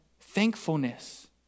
thankfulness